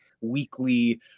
weekly